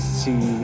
see